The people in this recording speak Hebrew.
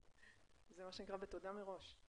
זה מה שנקרא בתודה מראש.